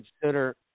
consider